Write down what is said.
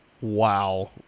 Wow